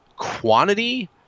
Quantity